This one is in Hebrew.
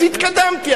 אז התקדמתי.